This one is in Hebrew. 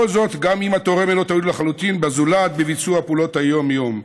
וכל זאת גם אם התורם אינו תלוי לחלוטין בזולת בביצוע פעולות היום-יום.